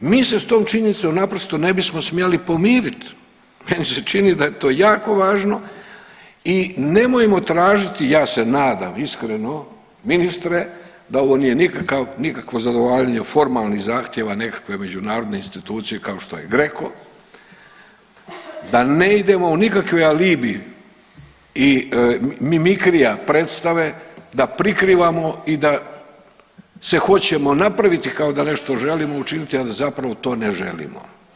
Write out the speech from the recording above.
Mi se s tom činjenicom naprosto ne bi smjeli pomirit, meni se čini da je to jako važno i nemojmo tražiti, ja se nadam iskreno ministre da ovo nije nikakvo zagovaranje o formalnih zahtjeva nekakve međunarodne institucije kao što je GRECO, da ne idemo u nikakav alibi i mimikrija predstave da prikrivamo i da se hoćemo napraviti kao da nešto želimo učiniti, al zapravo to ne želimo.